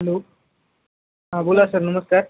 hello हां बोला sir नमस्कार